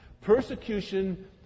Persecution